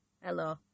hello